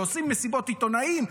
ועושים מסיבות עיתונאים,